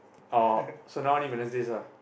oh so now only Wednesdays ah